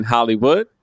Hollywood